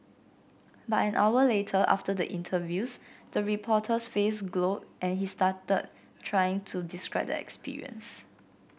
but an hour later after the interviews the reporter's face glowed and he stuttered trying to describe the experience